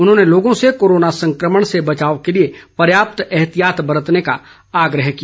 उन्होंने लोगों से कोरोना संक्रमण से बचाव के लिए पर्याप्त एहतियात बरतने का आग्रह किया